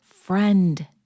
friend